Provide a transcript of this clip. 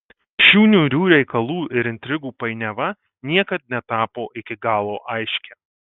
šių niūrių reikalų ir intrigų painiava niekad netapo iki galo aiški